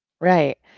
right